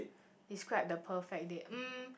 describe the perfect date mm